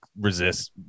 resist